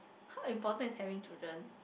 how important is having children